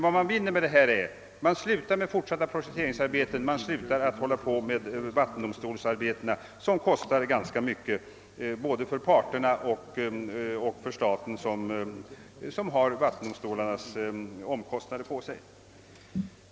Vad man vinner med detta är att man slutar med projekteringsarbetena, man slutar med vattendomstolsarbetena som kostar ganska mycket både för parterna och för staten som har att svara för vattendomstolens omkostnader.